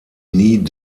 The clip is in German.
nie